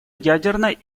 ядерной